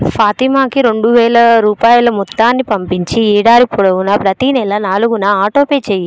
ఫాతిమాకి రెండువేల రూపాయల మొత్తాన్ని పంపించి ఏడాది పొడవునా ప్రతీ నెల నాలుగున ఆటోపే చేయి